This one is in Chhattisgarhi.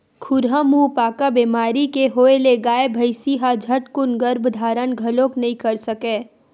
खुरहा मुहंपका बेमारी के होय ले गाय, भइसी ह झटकून गरभ धारन घलोक नइ कर सकय